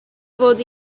mod